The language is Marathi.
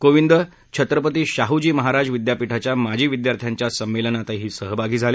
कोविंद छत्रपती शाहू जी महाराज विद्यापीठाच्या माजी विद्यार्थ्यांच्या संमेलनातही सहभागी झाले